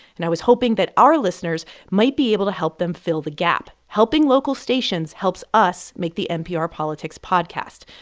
and i was hoping that our listeners might be able to help them fill the gap. helping local stations helps us make the npr politics podcast.